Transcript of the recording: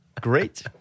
great